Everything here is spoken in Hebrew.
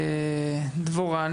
דבורה,